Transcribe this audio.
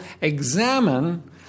examine